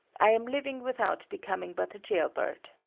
i am living without becoming but a jailbird.